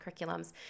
curriculums